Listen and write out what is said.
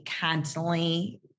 constantly